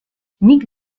nick